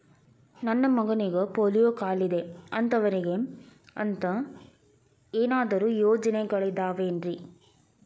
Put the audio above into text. ನನ್ನ ಮಗನಿಗ ಪೋಲಿಯೋ ಕಾಲಿದೆ ಅಂತವರಿಗ ಅಂತ ಏನಾದರೂ ಯೋಜನೆಗಳಿದಾವೇನ್ರಿ?